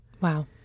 Wow